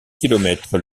kilomètres